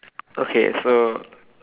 okay so